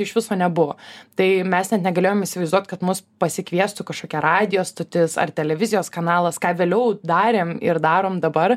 iš viso nebuvo tai mes net negalėjome įsivaizduot kad mus pasikviestų kašokia radijo stotis ar televizijos kanalas ką vėliau darėm ir darom dabar